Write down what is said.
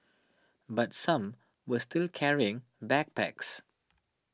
but some were still carrying backpacks